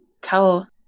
tell